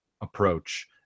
approach